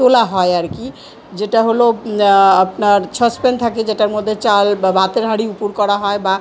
তোলা হয় আর কি যেটা হল আপনার সসপ্যান থাকে যেটার মধ্যে চাল বা ভাতের হাঁড়ি উপুর করা হয় বা